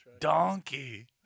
Donkey